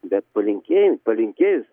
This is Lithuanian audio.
bet palinkėjus palinkėjus